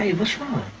what's wrong?